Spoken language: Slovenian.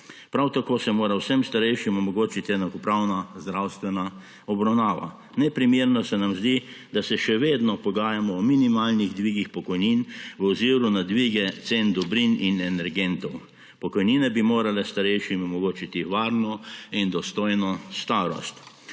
Prav tako se mora vsem starejšim omogočiti enakopravna zdravstvena obravnava. Neprimerno se nam zdi, da se še vedno pogajamo o minimalnih dvigih pokojnin z ozirom na dvige cen dobrin in energentov. Pokojnine bi morale starejšim omogočiti varno in dostojno starost.